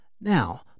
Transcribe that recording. Now